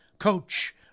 Coach